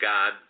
God